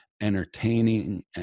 entertaining